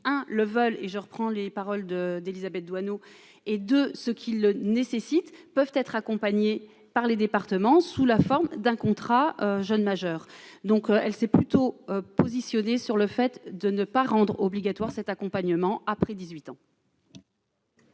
hein, le vol et je reprends les paroles de d'Élisabeth Doineau et de ce qui le nécessitent, peuvent être accompagnés par les départements sous la forme d'un contrat jeune majeur, donc elle s'est plutôt positionné sur le fait de ne pas rendre obligatoire cet accompagnement après 18 ans.